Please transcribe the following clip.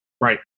Right